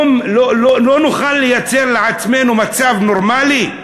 לא נוכל לייצר לעצמנו מצב נורמלי?